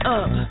up